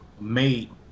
made